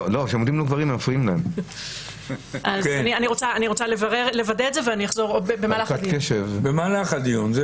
לוודא את זה, ואני אחזור במהלך הדיון.